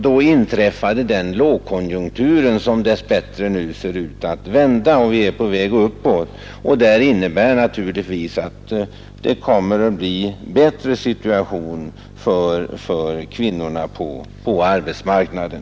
Då inträffade den lågkonjunktur, som dess bättre nu ser ut att vända så att vi är på väg uppåt igen. Det innebär naturligtvis att situationen kommer att bli bättre för kvinnorna på arbetsmarknaden.